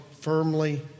firmly